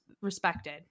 respected